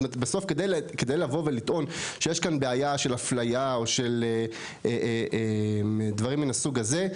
בסוף כדי לבוא ולטעון שיש כאן בעיה של אפליה או של דברים מן הסוג הזה,